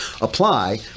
apply